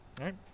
Right